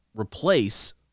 replace